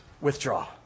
withdraw